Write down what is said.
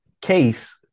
case